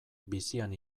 bizian